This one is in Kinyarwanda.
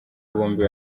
bombi